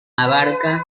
abarca